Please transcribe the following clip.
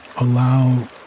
allow